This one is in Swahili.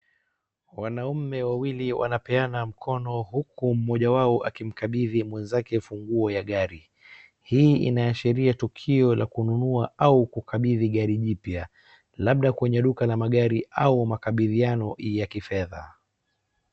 Wanaume wawili wanapeana mkono huku mmoja wao akimkabidhi mwenzake funguo ya gari. Hii inaashiria tukio la kununua au kukabidhi gari jipya. Labda kwenye duka la magari au makabidhiano ya kifedha.